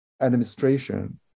administration